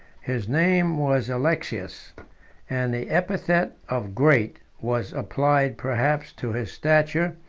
his name was alexius and the epithet of great was applied perhaps to his stature,